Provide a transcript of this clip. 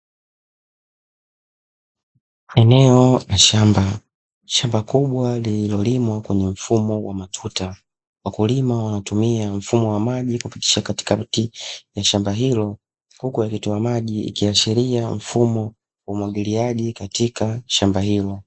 Eneo la shamba, shamba kubwa lillilolimwa kwenye mfumo wa matuta, wakulima wanatumia mfumo wa maji kupitisha katikati ya shamba hilo, huku akitoa maji ikihashiria mfumo wa umwagiliaji katika shamba hilo.